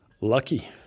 Lucky